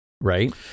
right